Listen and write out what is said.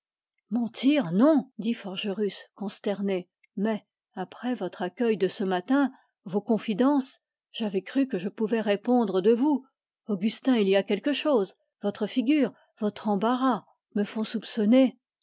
mentir non dit forgerus consterné mais après votre accueil de ce matin j'avais cru que je pouvais répondre de vous augustin votre figure votre embarras me font soupçonner